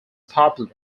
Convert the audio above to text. popular